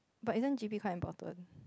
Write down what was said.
but isn't G_P quite important